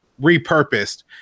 repurposed